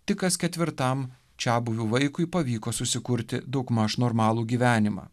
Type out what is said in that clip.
tik kas ketvirtam čiabuvių vaikui pavyko susikurti daugmaž normalų gyvenimą